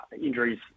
Injuries